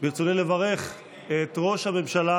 ברצוני לברך את ראש הממשלה